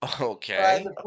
Okay